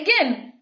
again